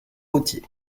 gaultier